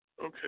okay